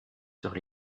sur